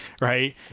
right